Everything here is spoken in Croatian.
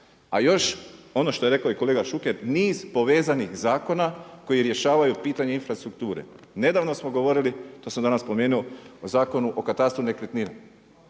A još ono što je rekao i kolega Šuker, niz povezanih zakona koji rješavaju pitanje infrastrukture. Nedavno smo govorili, to sam danas spomenuo, o Zakonu o katastru nekretnina.